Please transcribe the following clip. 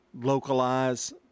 localize